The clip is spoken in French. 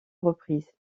reprises